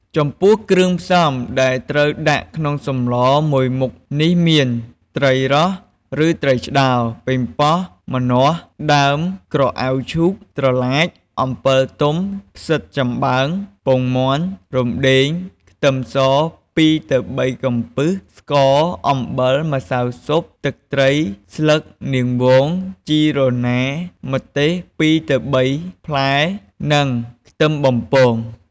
ចំពោះគ្រឿងផ្សំដែលត្រូវដាក់ក្នុងសម្លមួយមុខនេះមាន ត្រីរ៉ស់ឬត្រីឆ្ដោរ ប៉េងប៉ោះ ម្នាស់ ដើមក្រអៅឈូក ត្រឡាច អំពិលទុំ ផ្សិតចំបើង ពងមាន់ រំដេង ខ្ទឹមស ២ទៅ៣ កំពឹស ស្ករ អំបិល ម្សៅស៊ុប ទឹកត្រី ស្លឹកនាងវង ជីរណា ម្ទេស ២ទៅ៣ ផ្លែ និងខ្ទឹមបំពង។